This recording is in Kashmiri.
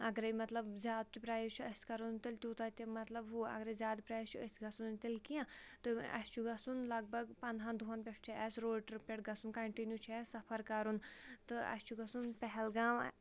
اگرے مطلب زیادٕ پرایِس چھُ اَسہِ کَرَو نہٕ تیٚلہِ تیوٗتاہ تہِ مطلب ہُہ اگرَے زیادٕ پرایِس چھُ أسۍ گژھو نہ تیٚلہِ کینٛہہ تہٕ اَسہِ چھُ گژھُن لگ بگ پنٛدہَن دۄہَن پٮ۪ٹھ چھُ اَسہِ روڈ ٹِرٛپ پٮ۪ٹھ گژھُن کَنٹِنیوٗ چھُ اَسہِ سَفَر کَرُن تہٕ اَسہِ چھُ گژھُن پہلگام